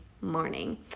morning